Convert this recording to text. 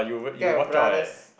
get your brothers